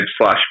slash